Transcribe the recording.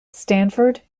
stanford